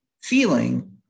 feeling